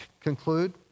conclude